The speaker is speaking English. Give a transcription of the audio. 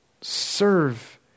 serve